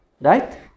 right